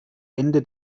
ende